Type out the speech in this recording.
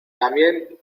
también